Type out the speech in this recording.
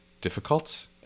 difficult